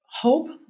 hope